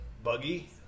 Buggy